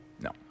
No